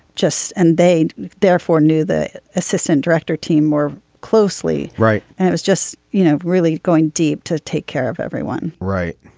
just. and they therefore knew the assistant director team more closely. right. and it was just you know really going deep to take care of everyone right.